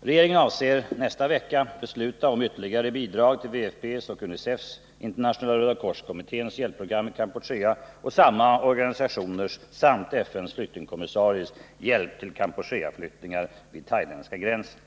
Regeringen avser nästa vecka besluta om ytterligare bidrag till WFP:s, UNICEF:s, Internationella röda kors-kommitténs hjälpprogram i Kampuchea och samma organisationers samt FN:s flyktingkommissaries hjälp till Kampucheaflyktingar vid thailändska gränsen.